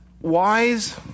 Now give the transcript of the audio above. wise